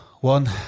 One